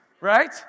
right